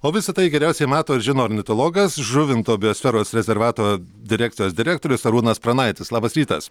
o visa tai geriausiai mato ir žino ornitologas žuvinto biosferos rezervato direkcijos direktorius arūnas pranaitis labas rytas